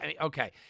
Okay